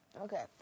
Okay